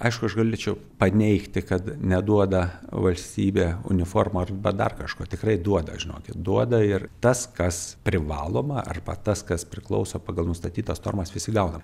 aišku aš galėčiau paneigti kad neduoda valstybė uniformų arba dar kažko tikrai duoda žinokit duoda ir tas kas privaloma arba tas kas priklauso pagal nustatytas normas visi gauna